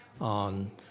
on